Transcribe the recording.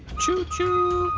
choo choo.